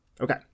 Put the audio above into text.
Okay